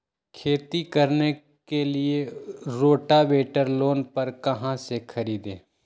खेती करने के लिए रोटावेटर लोन पर कहाँ से खरीदे?